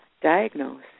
diagnose